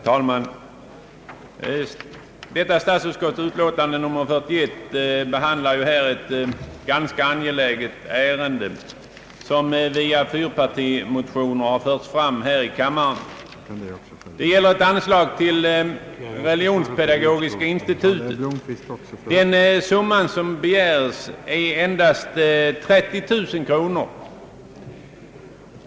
Herr talman! Detta statsutskottets utlåtande nr 41 behandlar ett ganska angeläget ärende, som har förts fram via fyrpartimotioner. Det gäller ett anslag till Religionspedagogiska institutet — RPI. Den summa som begärs är endast 30 000 kronor.